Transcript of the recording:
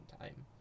time